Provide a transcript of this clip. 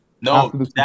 No